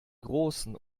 großen